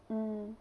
mm